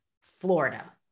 Florida